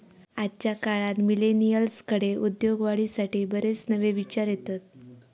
आजच्या काळात मिलेनियल्सकडे उद्योगवाढीसाठी बरेच नवे विचार येतत